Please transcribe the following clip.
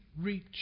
reach